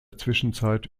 zwischenzeit